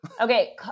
Okay